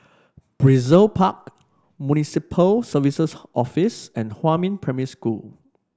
Brizay Park Municipal Services Office and Huamin Primary School